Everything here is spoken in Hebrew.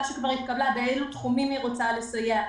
שכבר התקבלה באילו תחומים היא רוצה לסייע.